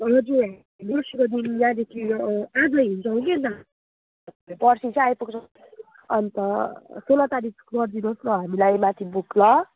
हजुर दोस्रो दिन यहाँदेखि आज हिँड्छौँ कि अन्त पर्सि चाहिँ आइपुग्छौँ अन्त सोह्र तारिक गरिदिनु होस् न हामीलाई माथि बुक ल